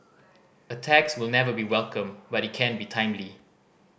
a tax will never be welcome but it can be timely